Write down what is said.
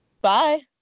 bye